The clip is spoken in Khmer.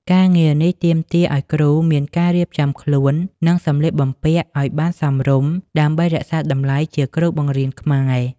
ការងារនេះទាមទារឱ្យគ្រូមានការរៀបចំខ្លួន និងសម្លៀកបំពាក់ឱ្យបានសមរម្យដើម្បីរក្សាតម្លៃជាគ្រូបង្រៀនខ្មែរ។